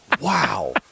Wow